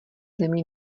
zemí